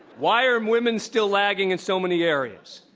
why are um women still lagging in so many areas?